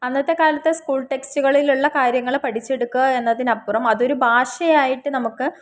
അന്നത്തെ കാലത്തെ സ്കൂൾ ടെക്സ്റ്റുകളിലുള്ള കാര്യങ്ങള് പഠിച്ചെടുക്കുകയെന്നതിനപ്പുറം അതൊരു ഭാഷയായിട്ട് നമുക്ക്